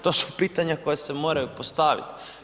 To su pitanja koja se moraju postaviti.